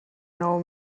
nou